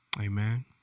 amen